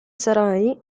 sarai